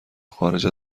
خارج